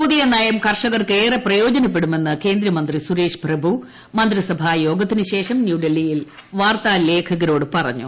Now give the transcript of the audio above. പുതിയ നയം കർഷകർക്ക് ഏറെ പ്രയോജനപ്പെടുമെന്ന് കേന്ദ്രമന്ത്രി സൂരേഷ് പ്രഭു മന്ത്രിസഭാ യോഗത്തിന് ശേഷം ന്യൂഡൽഹിയിൽ പ്പിച്ചാർത്താ ലേഖകരോട് പറഞ്ഞു